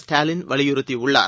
ஸ்டாலின் வலியுறுத்தியுள்ளார்